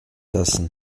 lassen